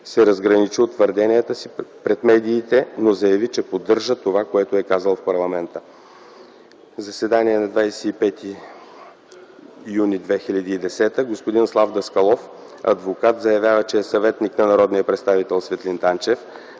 се разграничи от твърденията си пред медиите, но заяви, че поддържа това, което е казал в парламента. Заседание на 25 юни 2010 г. Господин Слав Даскалов – адвокат, заявява, че е съветник на народния представител Светлин Танчев,